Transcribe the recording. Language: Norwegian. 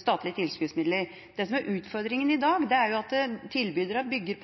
statlige tilskuddsmidler. Det som er utfordringen i dag, er at tilbydere bygger